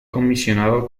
comisionado